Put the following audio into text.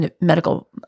medical